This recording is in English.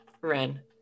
Ren